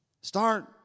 Start